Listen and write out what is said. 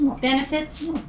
benefits